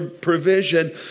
provision